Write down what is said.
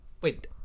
Wait